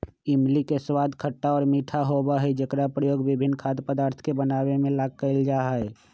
इमली के स्वाद खट्टा और मीठा होबा हई जेकरा प्रयोग विभिन्न खाद्य पदार्थ के बनावे ला कइल जाहई